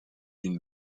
une